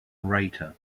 orator